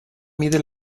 mide